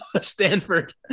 stanford